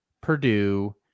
Purdue